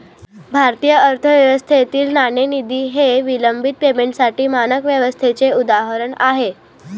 भारतीय अर्थव्यवस्थेतील नाणेनिधी हे विलंबित पेमेंटसाठी मानक व्यवस्थेचे उदाहरण आहे